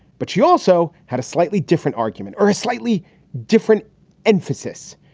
but she also had a slightly different argument or a slightly different emphasis.